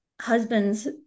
husbands